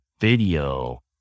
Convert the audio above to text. video